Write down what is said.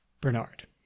Bernard